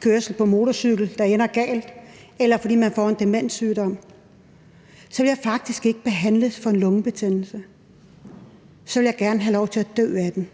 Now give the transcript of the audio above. kørsel på motorcykel, der ender galt, eller på grund af en demenssygdom – så vil jeg faktisk ikke behandles for en lungebetændelse; så vil jeg gerne have lov til at dø af den.